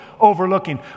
overlooking